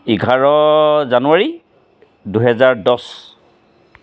এঘাৰ জানুৱাৰী দুহেজাৰ দহ